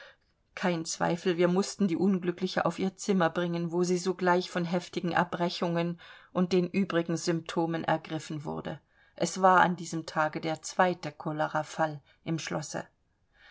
kein zweifel wir mußten die unglückliche auf ihr zimmer bringen wo sie sogleich von heftigen erbrechungen und den übrigen symptomen ergriffen wurde es war an diesem tage der zweite cholera fall im schlosse